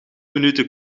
minuten